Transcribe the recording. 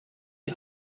die